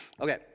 Okay